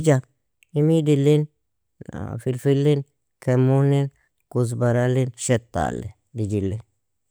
imidilin filfilin, kemunin, kuzbaralin, shattali, dijili.